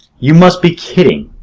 you must be kidding!